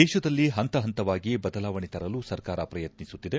ದೇಶದಲ್ಲಿ ಹಂತ ಹಂತವಾಗಿ ಬದಲಾವಣೆ ತರಲು ಸರ್ಕಾರ ಪ್ರಯತ್ನಿಸುತ್ತಿದೆ